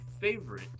favorite